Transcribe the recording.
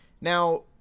Now